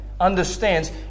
understands